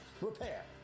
repair